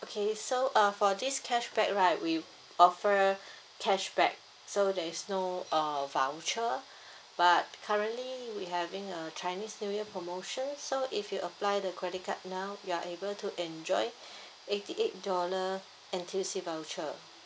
okay so uh for this cashback right we offer cashback so there is no uh voucher but currently we having a chinese new year promotion so if you apply the credit card now you are able to enjoy eighty eight dollar N_T_U_C voucher